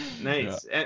Nice